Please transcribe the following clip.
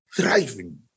thriving